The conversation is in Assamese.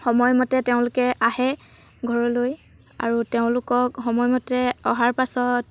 সময়মতে তেওঁলোকে আহে ঘৰলৈ আৰু তেওঁলোকক সময়মতে অহাৰ পাছত